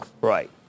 Right